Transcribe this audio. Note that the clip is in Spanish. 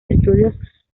estudios